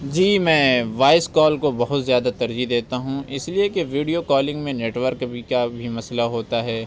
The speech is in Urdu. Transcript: جی میں وائس کال کو بہت زیادہ ترجیح دیتا ہوں اِس لیے کہ ویڈیو کالنگ میں نیٹ ورک بھی کا بھی مسٔلہ ہوتا ہے